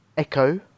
Echo